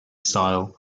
style